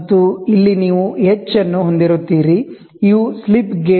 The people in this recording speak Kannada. ಮತ್ತು ಇಲ್ಲಿ ನೀವು h ಅನ್ನು ಹೊಂದಿರುತ್ತೀರಿ ಇವು ಸ್ಲಿಪ್ ಗೇಜ್ಗಳು